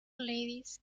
ladies